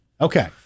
Okay